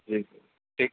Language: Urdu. ٹھیک ہے ٹھیک